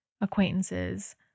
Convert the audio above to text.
acquaintances